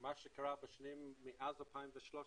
מה שקרה מאז 2013,